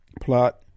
plot